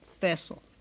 vessel